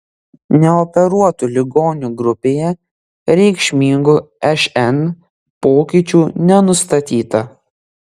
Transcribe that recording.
neoperuotų ligonių grupėje reikšmingų šn pokyčių nenustatyta